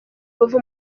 kuva